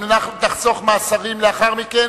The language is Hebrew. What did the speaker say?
על מנת לחסוך מהשרים לאחר מכן,